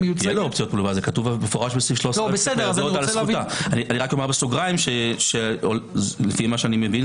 כתוב במפורש בסעיף 13א. אומר בסוגריים שלפי הבנתי,